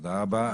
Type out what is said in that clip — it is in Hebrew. תודה רבה.